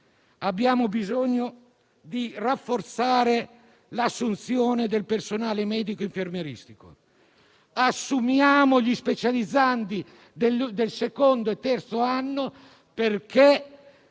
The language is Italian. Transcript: abbiamo bisogno di rafforzare l'assunzione del personale medico-infermieristico. Assumiamo gli specializzandi del secondo e terzo anno, perché